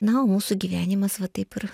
na o mūsų gyvenimas va taip ir